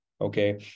Okay